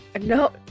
No